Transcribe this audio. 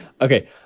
Okay